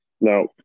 No